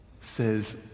says